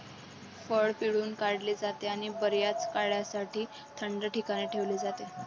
फळ पिळून काढले जाते आणि बर्याच काळासाठी थंड ठिकाणी ठेवले जाते